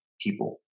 people